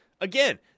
again